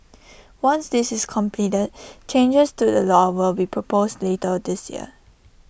once this is completed changes to the law will be proposed later this year